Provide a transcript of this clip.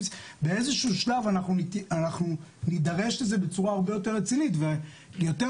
בשלב מסוים נידרש לזה בצורה יותר רצינית ויותר